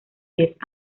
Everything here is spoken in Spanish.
diez